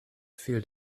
fehlt